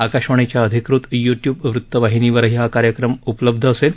आकाशवाणीच्या अधिकृत YouTube वृत्तवाहिनीवरही हा कार्यक्रम उपलब्ध असेल